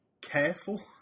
careful